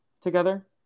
together